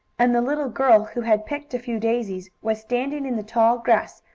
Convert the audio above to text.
and the little girl, who had picked a few daisies, was standing in the tall grass,